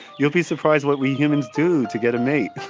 you'll be surprised what we humans do to get a mate.